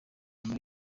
nyuma